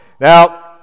Now